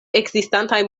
ekzistantaj